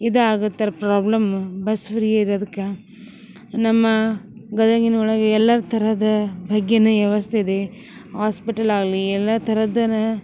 ಇದಾಗುತ್ತರ problem bus free ಇರದಕ್ಕ ನಮ್ಮ ಗದಗಿನ ಒಳಗೆ ಎಲ್ಲರ ಥರದ ಭಗ್ಗಿನ ವ್ಯವಸ್ಥೆ ಇದೆ ಆಸ್ಪಿಟಲ್ ಆಗಲಿ ಎಲ್ಲ ಥರದ್ದನ